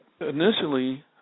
Initially